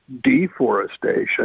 deforestation